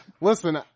Listen